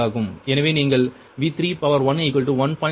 எனவே நீங்கள் V31 1